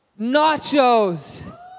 nachos